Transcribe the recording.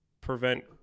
prevent